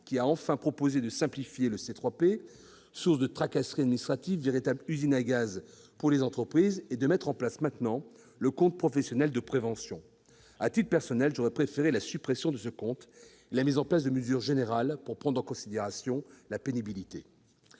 qui a enfin proposé de simplifier le C3P, source de tracasseries administratives, véritable usine à gaz pour les entreprises, et de mettre en place un compte professionnel de prévention. À titre personnel, j'aurais préféré la suppression pure et simple de ce compte et la mise en place de mesures générales pour prendre en considération la pénibilité.